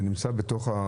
זה היה בתוך הצו?